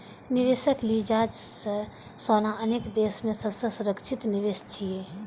निवेशक लिजाज सं सोना अनेक देश मे सबसं सुरक्षित निवेश छियै